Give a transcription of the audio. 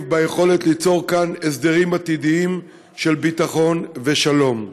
ביכולת ליצור כאן הסדרים עתידיים של ביטחון ושלום.